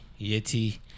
yeti